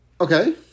Okay